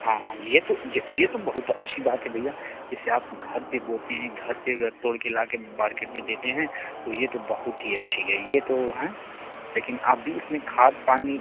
हाँ हाँ ये तो ये ये तो बहुत अच्छी बात है भैया जेसे आप घर पे बोते हैं घर से तोड़ के लाके मार्केट में देते हैं तो ये तो बहुत ही अच्छी है ये तो हएँ लेकिन आप भी इसमें खाद पानी